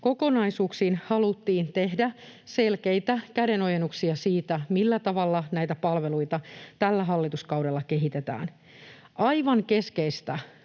palvelukokonaisuuksiin haluttiin tehdä selkeitä kädenojennuksia siitä, millä tavalla näitä palveluita tällä hallituskaudella kehitetään. Aivan keskeistä